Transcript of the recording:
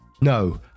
No